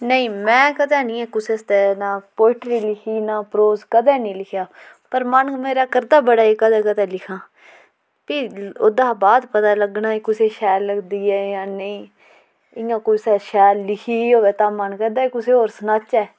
नेईं में कदें नेईं ऐ कुसै आस्तै नां पोइट्री लिखी नां परोज कदें निं लिखेआ पर मन मेरा करदा बड़ा जे कदें कदें लिखां फ्ही ओह्दा हा बाद पता लग्गना के कुसै शैल लगदी ऐ जां नेईं इ'यां कुसै शैल लिखी दी होऐ तां मन करदा कि कुसै होर सनाचै